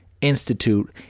institute